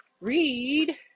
read